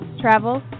travel